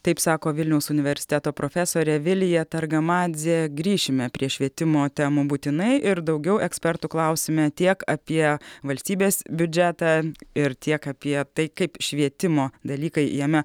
taip sako vilniaus universiteto profesorė vilija targamadzė grįšime prie švietimo temų būtinai ir daugiau ekspertų klausime tiek apie valstybės biudžetą ir tiek apie tai kaip švietimo dalykai jame